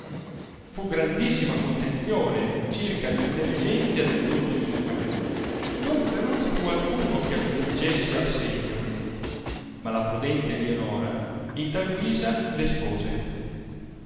fu grandissima contenzione circa l intelligenzia del dotto enigma non però fu alcuno eh aggiungesse al segno ma la prudente lionora in tal guisa l'espose